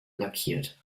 lackiert